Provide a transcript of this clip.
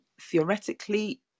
theoretically